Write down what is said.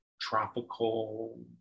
tropical